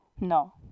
No